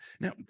now